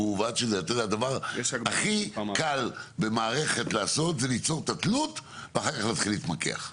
הדבר הכי קל במערכת לעשות זה ליצור את התלות ואחר כך להתחיל להתמקח.